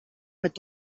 mit